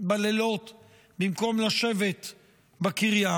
בלילות במקום לשבת בקריה.